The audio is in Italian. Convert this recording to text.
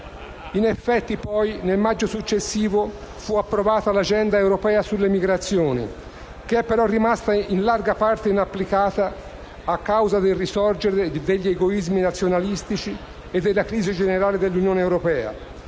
In effetti, poi, nel maggio successivo è stata approvata l'Agenda europea sulle migrazioni, che è però rimasta in larga parte inapplicata a causa del risorgere degli egoismi nazionalistici e della crisi generale dell'Unione europea.